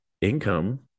income